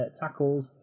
tackles